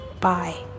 bye